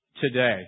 today